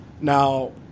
Now